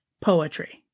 poetry